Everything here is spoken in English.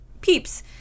peeps